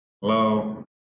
Hello